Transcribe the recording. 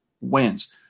wins